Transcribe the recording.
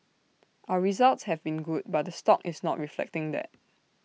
our results have been good but the stock is not reflecting that